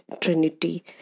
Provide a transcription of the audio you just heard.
trinity